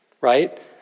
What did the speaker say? right